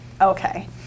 okay